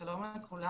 שלום לכולם.